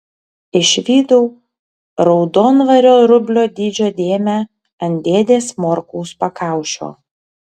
išvydau raudonvario rublio dydžio dėmę ant dėdės morkaus pakaušio